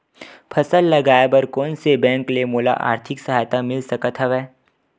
फसल लगाये बर कोन से बैंक ले मोला आर्थिक सहायता मिल सकत हवय?